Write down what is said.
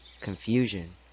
confusion